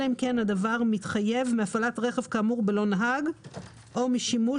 אלא אם כן הדבר מתחייב מהפעלת רכב כאמור בלא נהג או משימוש